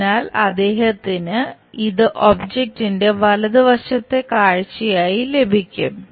അതിനാൽ അദ്ദേഹത്തിന് ഇത് ഒബ്ജെക്ടിന്റെ വലതുവശത്തെ കാഴ്ചയായി ലഭിക്കും